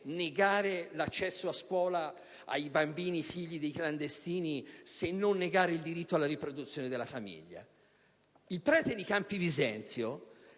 negare l'accesso a scuola ai bambini figli di clandestini se non negare il diritto alla riproduzione della famiglia? Il prete di Campi Bisenzio